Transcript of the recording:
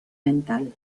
mental